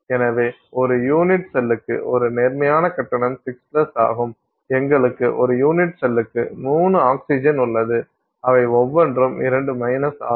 எனவே ஒரு யூனிட் செல்லுக்கு ஒரு நேர்மறையான கட்டணம் 6 ஆகும் எங்களுக்கு ஒரு யூனிட் செல்லுக்கு 3 ஆக்ஸிஜன் உள்ளது அவை ஒவ்வொன்றும் 2 ஆகும்